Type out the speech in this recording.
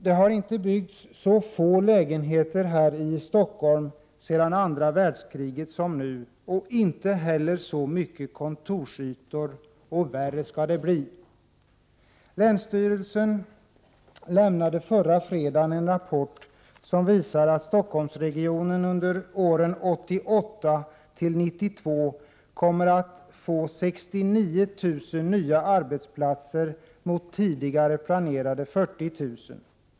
Det har inte byggts så få lägenheter här i Stockholm sedan andra världskriget som nu och inte heller — Prot. 1988/89:47 så mycket i fråga om kontorsytor. Och värre skall det bli. 16 december 1988 Länsstyrelsen lämnade förra fredagen en rapport som visar att Stock holmsregionen under åren 1988-1992 kommer att få 69 000 nya arbetsplatser VR EE mot tidigare planerade 40 000.